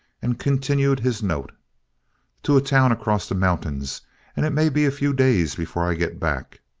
and continued his note to a town across the mountains and it may be a few days before i get back.